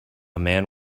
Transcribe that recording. man